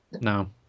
No